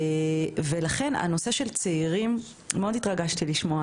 לכן מאוד התרגשתי לשמוע